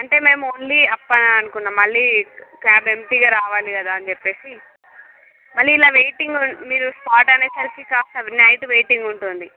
అంటే మేము only up అనుకున్నాం మళ్ళీ క్యాబ్ ఎంప్టీగా రావాలి కదా అని చెప్పేసి మళ్ళీ ఇలా వెయిటింగు మీరు స్పాట్ అనేసరికి కాస్త నైట్ వెయిటింగ్ ఉంటుంది